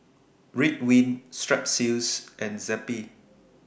Ridwind Strepsils and Zappy